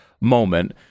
moment